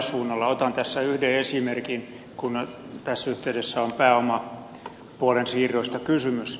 otan tässä yhden esimerkin kun tässä yhteydessä on pääomapuolen siirroista kysymys